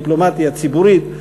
דיפלומטיה ציבורית.